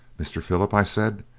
mr. philip i said,